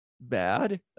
bad